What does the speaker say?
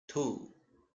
two